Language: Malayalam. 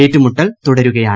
ഏറ്റുമുട്ടൽ തുടരുകയാണ്